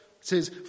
says